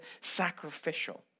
sacrificial